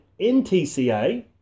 NTCA